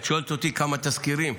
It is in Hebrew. את שואלת אותי: כמה תסקירים?